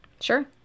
sure